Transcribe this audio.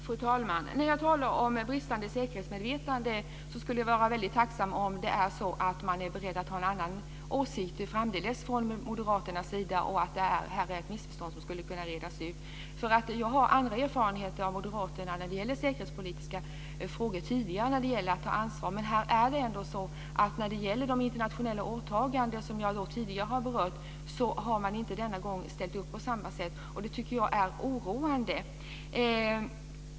Fru talman! När det gäller detta med bristande säkerhetsmedvetande är jag väldigt tacksam om det är så att man från Moderaternas sida är beredd att framdeles ha en annan åsikt samt att det är fråga om ett missförstånd som skulle kunna redas ut. Jag har nämligen andra erfarenheter av Moderaterna från tidigare i säkerhetspolitiska frågor. När det gäller de internationella åtagandena, som jag tidigare har berört, har man denna gång inte ställt upp på samma sätt och det tycker jag är oroande.